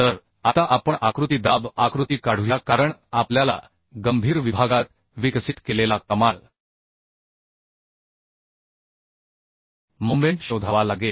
तर आता आपण आकृती दाब आकृती काढूया कारण आपल्याला गंभीर विभागात विकसित केलेला कमाल मोमेंट शोधावा लागेल